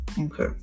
Okay